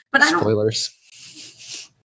Spoilers